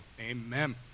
Amen